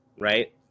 right